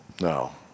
No